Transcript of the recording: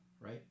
right